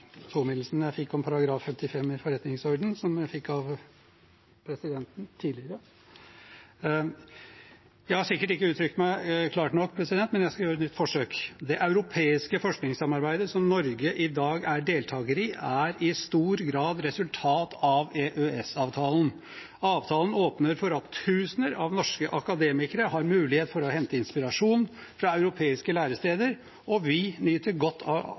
klart nok, men jeg skal gjøre et nytt forsøk. Det europeiske forskningssamarbeidet som Norge i dag er deltaker i, er i stor grad resultat av EØS-avtalen. Avtalen åpner for at tusener av norske akademikere har mulighet til å hente inspirasjon fra europeiske læresteder, og vi nyter godt av